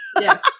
yes